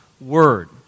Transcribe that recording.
word